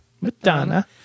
Madonna